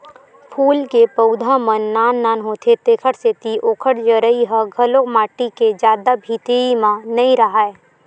फूल के पउधा मन नान नान होथे तेखर सेती ओखर जरई ह घलो माटी के जादा भीतरी म नइ राहय